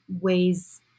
ways